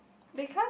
because